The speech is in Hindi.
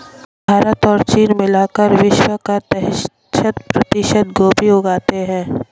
भारत और चीन मिलकर विश्व का तिहत्तर प्रतिशत गोभी उगाते हैं